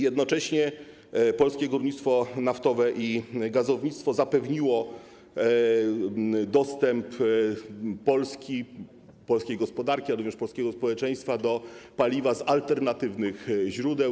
Jednocześnie Polskie Górnictwo Naftowe i Gazownictwo zapewniło dostęp Polski, polskiej gospodarki, jak również polskiego społeczeństwa do paliwa z alternatywnych źródeł.